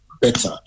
better